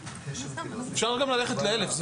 אפשר גם ללכת ל-1,000.